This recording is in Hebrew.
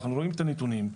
אנחנו רואים את הנתונים.